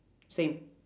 same